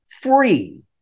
free